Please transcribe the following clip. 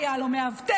היה לו מאבטח,